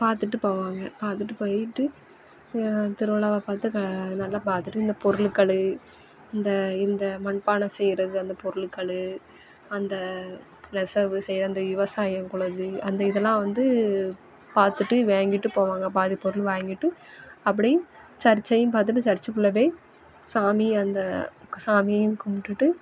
பார்த்துட்டு போவாங்க பார்த்துட்டு போயிட்டு திருவிழாவ பார்த்து க நல்லா பார்த்துட்டு இந்த பொருள்கள் இந்த இந்த மண்பானை செய்யறது அந்த பொருள்கள் அந்த நெசவு செய்யற அந்த விவசாயம்குள்ளது அந்த இதெல்லாம் வந்து பார்த்துட்டு வாங்கிட்டு போவாங்க பாதி பொருள் வாங்கிட்டு அப்படியே சர்ச்சையும் பார்த்துட்டு சர்ச்சுக்குள்ளே போய் சாமியை அந்த சாமியையும் கும்பிடுட்டு